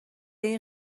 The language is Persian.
این